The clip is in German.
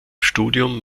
studium